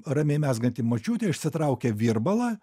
ramiai mezganti močiutė išsitraukia virbalą